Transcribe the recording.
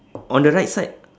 on the right side